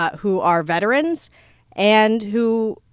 ah who are veterans and who,